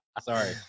Sorry